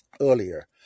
earlier